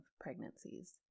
pregnancies